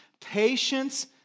patience